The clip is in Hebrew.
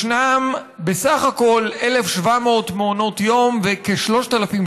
ישנם בסך הכול 1,700 מעונות יום וכ-3,700